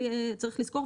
צריך לזכור,